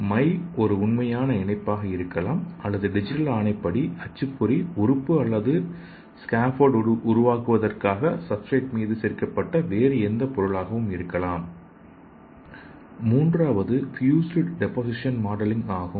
my ஒரு உண்மையான இணைப்பாக இருக்கலாம் அல்லது டிஜிட்டல் ஆணைப்படி அச்சுப்பொறி உறுப்பு அல்லது ஸ்கேப்போல்ட் உருவாக்குவதற்காக சப்ஸ்டிரேட் மீது சேர்க்கப்பட்ட வேறு எந்த பொருளாகவும் இருக்கலாம் மூன்றாவது பியூஸ்ட் டெபோசிஷன் மாடலிங் ஆகும்